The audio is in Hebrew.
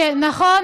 נכון.